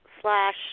slash